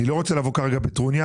אני לא רוצה לבוא כרגע בטרוניה,